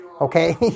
Okay